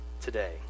today